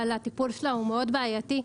אבל הטיפול שלה הוא מאוד בעייתי,